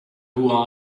who